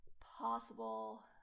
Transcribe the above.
possible